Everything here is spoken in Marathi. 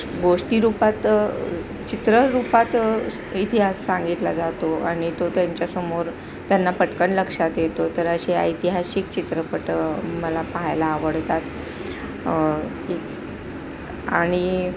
गोष्टी रूपात चित्ररूपात इतिहास सांगितला जातो आणि तो त्यांच्यासमोर त्यांना पटकन लक्षात येतो तर असे ऐतिहासिक चित्रपट मला पाहायला आवडतात आणि